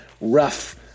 rough